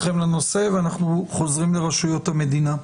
בבקשה.